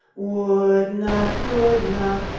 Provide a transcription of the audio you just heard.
would not, could not,